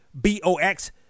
B-O-X